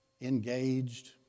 engaged